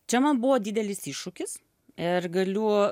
čia man buvo didelis iššūkis ir galiu